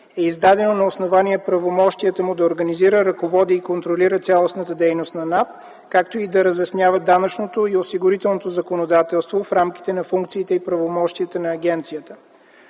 е издадено на основание правомощията му да организира, ръководи и контролира цялостната дейност на НАП, както и да разяснява данъчното и осигурителното законодателство в рамките на функциите и правомощията на агенцията.